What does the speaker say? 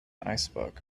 iceberg